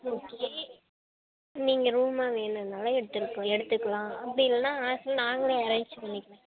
okay நீங்கள் ரூமாக வேணுன்னாலும் எடுத்துருக்க எடுத்துக்கலாம் அப்படி இல்லைன்னா ஹாஸ்டல் நாங்களே அரேஞ்ச் பண்ணி